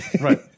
Right